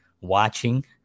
watching